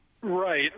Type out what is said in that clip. Right